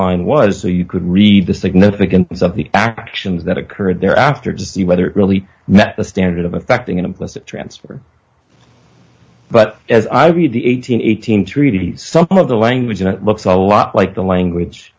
baseline was so you could read the significance of the actions that occurred there after to see whether really met the standard of affecting an implicit transfer but as i read the eight hundred and eighteen treaty some of the language in it looks a lot like the language